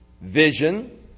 vision